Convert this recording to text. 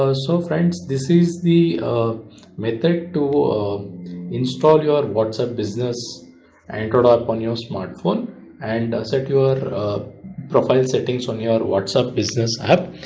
ah so friends, this is the method to um install your whatsapp business android or on your smart phone and set your profile settings on your whatsapp business app.